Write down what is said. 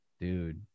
Dude